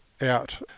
out